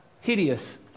hideous